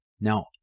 Now